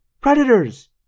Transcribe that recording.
Predators